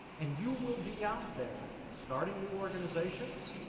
and, you will be out there starting new organizations,